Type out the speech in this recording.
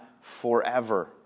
forever